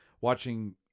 watching